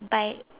by